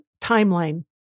timeline